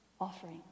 offering